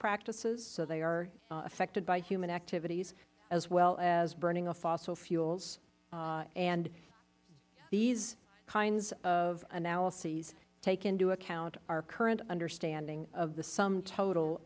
practices so they are affected by human activities as well as burning of fossil fuels and these kinds of analyses take into account our current understanding of the sum total